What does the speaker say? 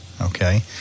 Okay